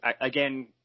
again